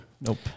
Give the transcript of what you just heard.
Nope